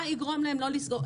מה יגרום להם לא לסגור.